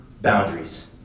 boundaries